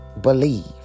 believe